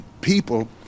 people